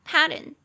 Pattern